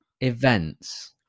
events